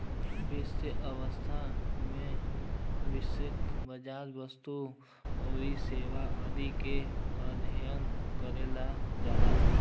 वित्तीय अर्थशास्त्र में वैश्विक बाजार, वस्तु आउर सेवा आदि क अध्ययन करल जाला